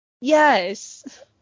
yes